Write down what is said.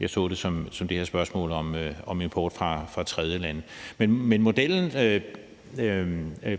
jeg så det som det her spørgsmål om import fra tredjelande.